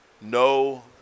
No